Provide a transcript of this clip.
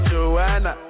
Joanna